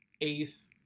eighth